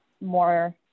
more